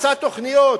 עשה תוכניות,